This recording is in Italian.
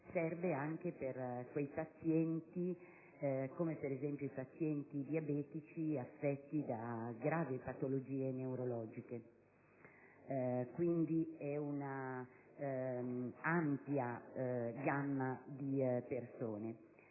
serve anche per quei pazienti, come per esempio i pazienti diabetici, affetti da gravi patologie neurologiche: quindi, riguarda un'ampia gamma di persone.